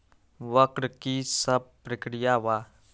वक्र कि शव प्रकिया वा?